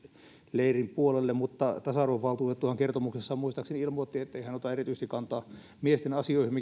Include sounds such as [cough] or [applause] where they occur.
leirin puolelle mutta tasa arvovaltuutettuhan kertomuksessaan muistaakseni ilmoitti ettei hän ota erityisesti kantaa miesten asioihin [unintelligible]